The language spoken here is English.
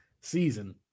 season